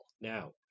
now